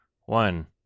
one